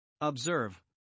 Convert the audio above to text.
Observe